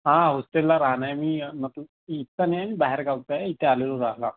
हा होस्टेलला राहत आहे मी मतलब इथं नेन बाहेरगावचा आहे इथे आलेलो राहायला